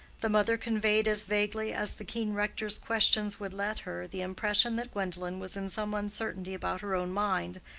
the mother conveyed as vaguely as the keen rector's questions would let her the impression that gwendolen was in some uncertainty about her own mind,